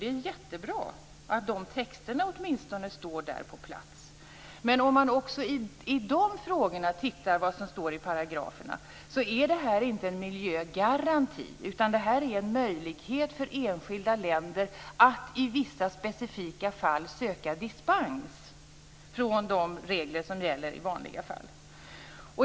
Det är jättebra att dessa texter åtminstone finns på plats, men om man tittar på vad som står i paragraferna är detta inte en miljögaranti, utan det är en möjlighet för enskilda länder att i vissa specifika fall söka dispens från de regler som gäller i vanliga fall.